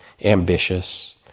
ambitious